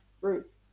fruit